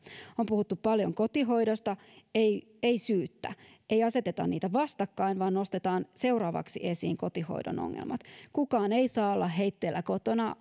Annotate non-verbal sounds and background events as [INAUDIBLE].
on puhuttu paljon kotihoidosta ei ei syyttä ei aseteta niitä vastakkain vaan nostetaan seuraavaksi esiin kotihoidon ongelmat kukaan ei saa olla heitteillä kotona [UNINTELLIGIBLE]